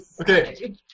Okay